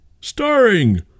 Starring